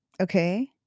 okay